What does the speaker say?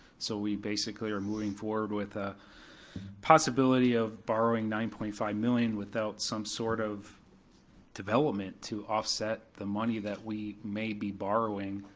so we basically are moving forward with a possibility of borrowing nine point five million dollars without some sort of development to offset the money that we may be borrowing